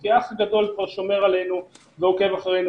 כי האח הגדול פה שומר עלינו ועוקב אחרינו.